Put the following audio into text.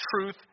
truth